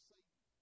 Satan